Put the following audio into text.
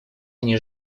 они